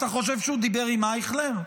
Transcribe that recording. אתה חושב שהוא דיבר עם אייכלר?